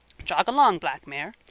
jog along, black mare.